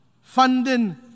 funding